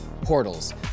portals